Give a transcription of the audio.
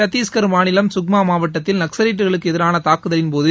சத்தீஸ்கர் மாநிலம் குக்மா மாவட்டத்தில் நக்கலைட்டுகளுக்கு எதிரான தாக்குதலின்போது